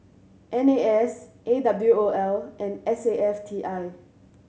N A S A W O L and S A F T I